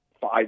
five